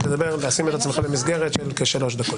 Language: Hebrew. לשים את עצמך במסגרת של כשלוש דקות.